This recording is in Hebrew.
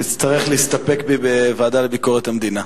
תצטרך להסתפק בי בוועדה לביקורת המדינה.